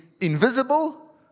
invisible